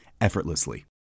effortlessly